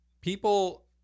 people